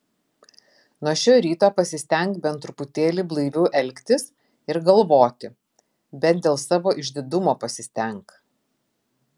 nuo šio ryto pasistenk bent truputėlį blaiviau elgtis ir galvoti bent dėl savo išdidumo pasistenk